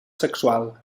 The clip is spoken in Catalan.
sexual